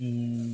ମୁଁ